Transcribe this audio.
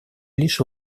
лишь